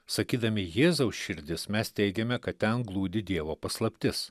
sakydami jėzaus širdis mes teigiame kad ten glūdi dievo paslaptis